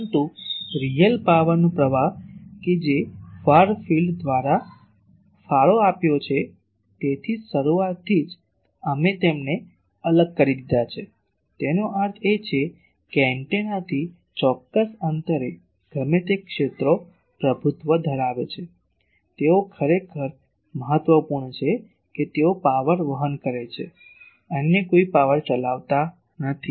પરંતુ રીયલ પાવરનો પ્રવાહ કે જે ફાર ફિલ્ડ દ્વારા ફાળો આપ્યો છે તેથી જ શરૂઆતથી જ અમે તેમને અલગ કરી દીધા છે તેનો અર્થ એ છે કે એન્ટેનાથી ચોક્કસ અંતરે ગમે તે ક્ષેત્રો પ્રભુત્વ ધરાવે છે તેઓ ખરેખર મહત્વપૂર્ણ છે કે તેઓ પાવર વહન કરે છે અન્ય કોઈ પાવર ચલાવતા નથી